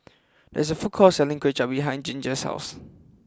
there is a food court selling Kuay Chap behind Ginger's house